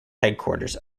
headquarters